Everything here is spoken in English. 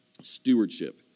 stewardship